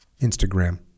Instagram